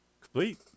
Complete